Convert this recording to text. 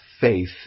faith